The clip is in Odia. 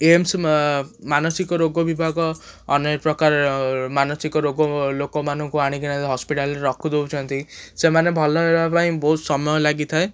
ଏମ୍ସ ମାନସିକ ରୋଗ ବିଭାଗ ଅନେକପ୍ରକାର ମାନସିକ ରୋଗ ଲୋକମାନଙ୍କୁ ଆଣିକିନା ହସ୍ପିଟାଲରେ ରଖି ଦେଉଛନ୍ତି ସେମାନେ ଭଲ ହେବା ପାଇଁ ବହୁତ ସମୟ ଲାଗିଥାଏ